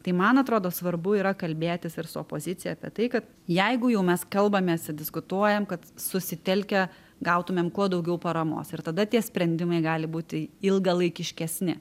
tai man atrodo svarbu yra kalbėtis ir su opozicija apie tai kad jeigu jau mes kalbamės i diskutuojam kad susitelkę gautumėm kuo daugiau paramos ir tada tie sprendimai gali būti ilgalaikiškesni